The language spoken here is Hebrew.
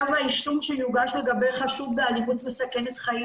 כתב האישום שיוגש לגבי חשוד באלימות מסכנת חיים